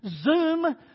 Zoom